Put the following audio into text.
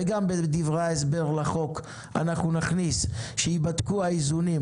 וגם בדברי ההסבר לחוק אנחנו נכניס שייבדקו האיזונים